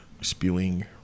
spewing